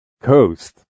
Coast